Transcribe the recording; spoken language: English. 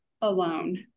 alone